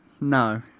No